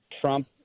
Trump